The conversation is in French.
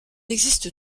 existe